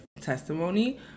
testimony